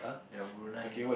your Brunei